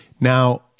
Now